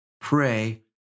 pray